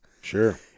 Sure